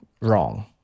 wrong